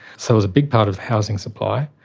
so it was a big part of housing supply.